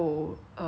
um